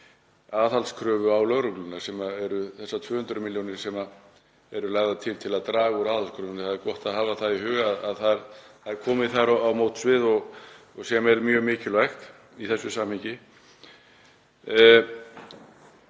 aðhaldskröfu á lögregluna, sem eru þessar 200 milljónir sem eru lagðar til til að draga úr aðhaldskröfunni. Það er gott að hafa það í huga að það er komið þar á móts við, sem er mjög mikilvægt í þessu samhengi.